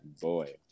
Boy